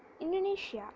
Indonesia